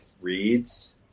reads